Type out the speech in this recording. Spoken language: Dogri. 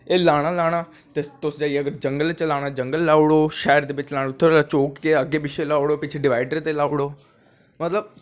ओह् लानां गै लाना तुस जाइयै जंगलैं च लाई ओड़ो शैह्र दे बिच्च चौक पर लाई ओड़ो पिच्छें चौक पर लाई ओड़ो मतलव